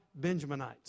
Benjaminites